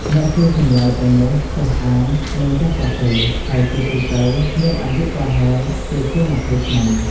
អ្នកសួរចម្លើយទាំងនោះចេះអាន និងចេះសរសេរ ហើយជាទូទៅមានអាយុប្រហែលជាជាងម្ភៃឆ្នាំ។